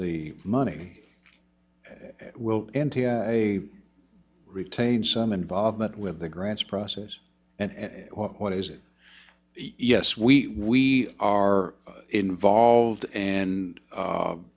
the money and i retain some involvement with the grants process and what is it yes we are involved and